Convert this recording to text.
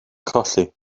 colli